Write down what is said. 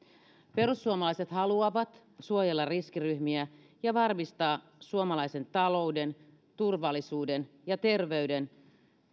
perussuomalaiset haluavat suojella riskiryhmiä ja varmistaa suomalaisen talouden turvallisuuden ja terveyden